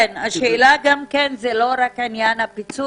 זה לא רק עניין הפיצוי,